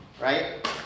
Right